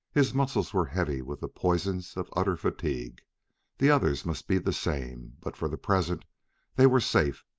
his muscles were heavy with the poisons of utter fatigue the others must be the same, but for the present they were safe,